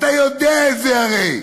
אתה יודע את זה הרי.